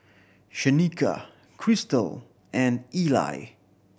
Shanika Christal and Eli